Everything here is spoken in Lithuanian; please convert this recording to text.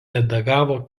redagavo